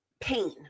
pain